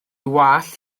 wallt